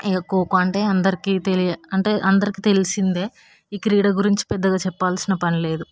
ఇక ఖోఖో అందరికి తెలియ అంటే అందరికి తెలిసిందే ఈ క్రీడ గురించి పెద్దగా చెప్పాల్సిన పని లేదు